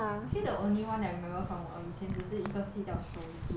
feel the only one I remember from 我以前只是一个戏叫手足